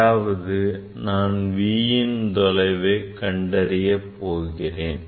அதாவது நான் vயின் தொலைவை கண்டறிய போகிறேன்